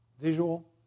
visual